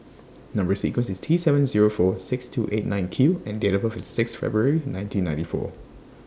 Number sequence IS T seven Zero four six two eight nine Q and Date of birth IS six February nineteen ninety four